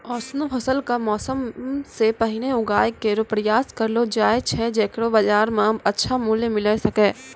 ऑसनो फसल क मौसम सें पहिने उगाय केरो प्रयास करलो जाय छै जेकरो बाजार म अच्छा मूल्य मिले सके